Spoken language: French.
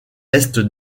est